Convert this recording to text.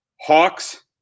Hawks